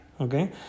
okay